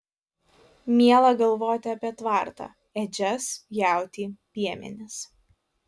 miela galvoti apie tvartą ėdžias jautį piemenis